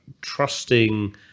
trusting